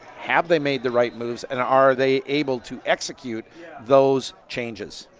have they made the right moves? and are they able to execute those changes?